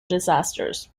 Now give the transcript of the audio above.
disasters